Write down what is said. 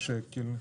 מיליארד שקל,